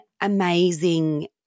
amazing